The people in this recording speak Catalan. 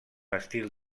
estil